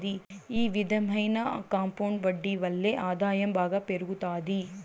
ఈ విధమైన కాంపౌండ్ వడ్డీ వల్లే ఆదాయం బాగా పెరుగుతాది